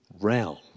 realm